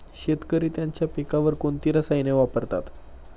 शेतकरी त्यांच्या पिकांवर कोणती रसायने वापरतात?